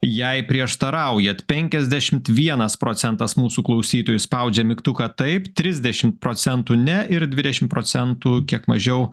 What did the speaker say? jai prieštaraujat penkiasdešimt vienas procentas mūsų klausytojų spaudžia mygtuką taip trisdešimt procentų ne ir dvidešim procentų kiek mažiau